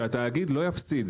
שהתאגיד לא יפסיד,